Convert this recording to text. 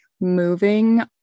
moving